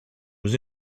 was